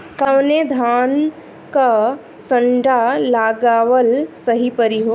कवने धान क संन्डा लगावल सही परी हो?